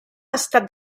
estat